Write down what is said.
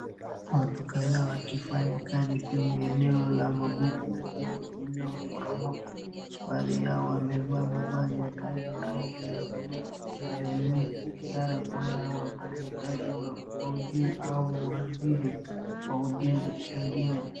Watu kadhaa wakifanya kazi kwenye eneo la magofu ya jengo liloporomoka. Baadhi yao wamevaa mavazi ya kazi ya rangi ya blue na helmeti ishara kuwa ni wafanyakazi wa uokozi au waandisi wa ujenzi. Wengine.